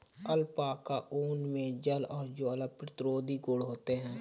alpaca ऊन मे जल और ज्वाला प्रतिरोधी गुण होते है